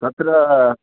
तत्र